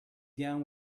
down